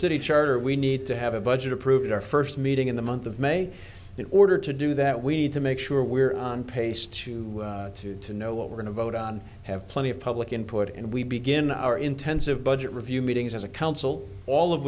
city charter we need to have a budget approved our first meeting in the month of may order to do that we need to make sure we're on pace to two to know what we're going to vote on have plenty of public input and we begin our intensive budget review meetings as a council all of